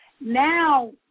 Now